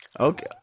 Okay